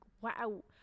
Wow